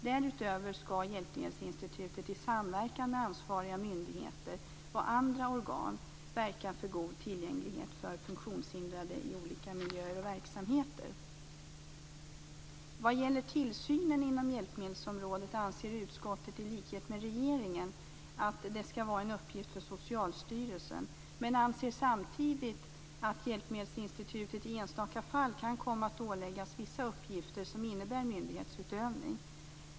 Därutöver skall Hjälpmedelsinstitutet i samverkan med ansvariga myndigheter och andra organ verka för god tillgänglighet för funktionshindrade i olika miljöer och verksamheter. Vad gäller tillsynen inom hjälpmedelsområdet anser utskottet, i likhet med regeringen, att det skall vara en uppgift för Socialstyrelsen. Men utskottet anser samtidigt att Hjälpmedelsinstitutet i enstaka fall kan komma att åläggas vissa uppgifter som innebär myndighetsutövning.